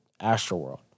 Astroworld